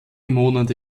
monate